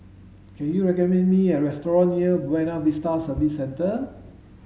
can you recommend me a restaurant near Buona Vista Service Centre